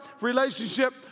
relationship